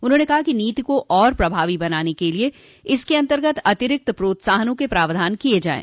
उन्होंने कहा कि नीति को और प्रभावी बनाने के लिये इसके अन्तर्गत अतिरिक्त प्रोत्साहनों के प्रावधान किये जाये